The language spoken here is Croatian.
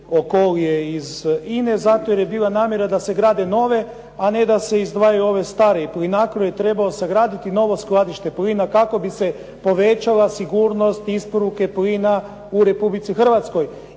Okolije iz INA-e zato jer je bila namjera da se grade nove, a ne da se izdvajaju ove stare. Plinacro je trebao sagraditi novo skladište plina kako bi se povećala sigurnost isporuke plina u Republici Hrvatskoj.